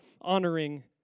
honoring